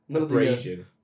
abrasion